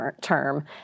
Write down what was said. term